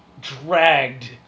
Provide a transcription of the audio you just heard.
Dragged